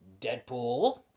Deadpool